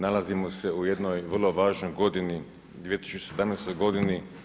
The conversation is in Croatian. Nalazimo se u jednoj vrlo važnoj godini, 2017. godini.